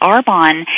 Arbonne